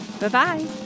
bye-bye